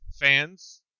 fans